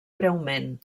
breument